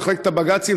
מחלקת הבג"צים,